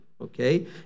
Okay